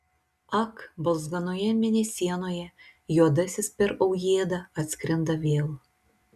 ak balzganoje mėnesienoje juodasis per aujėdą atskrenda vėl